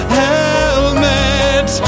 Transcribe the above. helmet